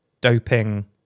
doping